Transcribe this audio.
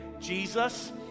Jesus